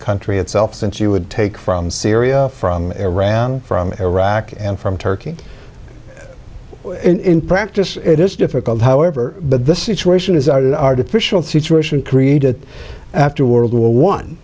country itself since you would take from syria from iran from iraq and from turkey in practice it is difficult however but this situation is are an artificial situation created after world war one